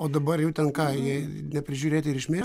o dabar jau ten ką jie neprižiūrėti ir išmirę